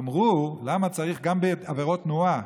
אמרו: למה צריך גם בעבירות תנועה?